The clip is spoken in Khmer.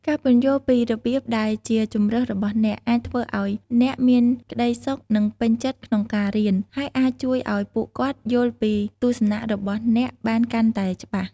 ការពន្យល់ពីរបៀបដែលជាជម្រើសរបស់អ្នក អាចធ្វើឲ្យអ្នកមានក្ដីសុខ និងពេញចិត្តក្នុងការរៀន ហើយអាចជួយឲ្យពួកគាត់យល់ពីទស្សនៈរបស់អ្នកបានកាន់តែច្បាស់។